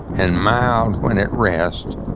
and mild when at rest,